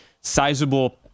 sizable